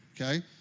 Okay